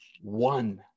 one